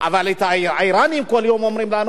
אבל האירנים כל יום אומרים לנו: